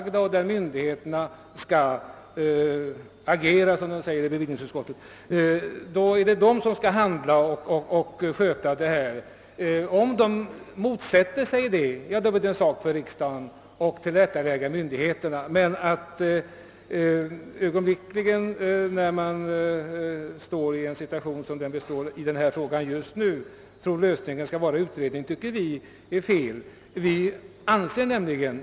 I sådana fall skall myndigheterna agera, som man säger i bevillningsutskottet. Om myndigheterna motsätter sig det, blir det riksdagens sak att tillrättaföra dem. Att ögonblickligen, när man står i en situation som denna, hävda att lösningen skall vara en utredning, tycker vi emellertid är felaktigt.